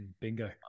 Bingo